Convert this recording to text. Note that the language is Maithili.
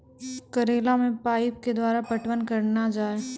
करेला मे पाइप के द्वारा पटवन करना जाए?